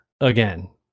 again